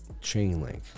Chainlink